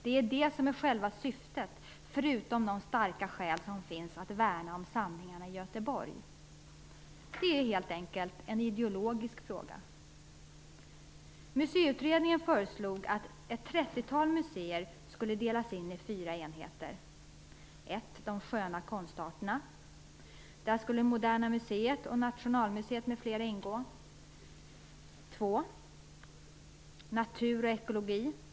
Det är det som är själva syftet, förutom de starka skäl som finns att värna om samlingarna i Göteborg. Det är helt enkelt en ideologisk fråga. 2. Natur och ekologi.